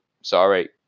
sorry